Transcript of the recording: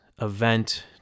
event